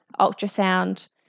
ultrasound